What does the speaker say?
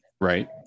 Right